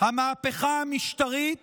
המהפכה המשטרית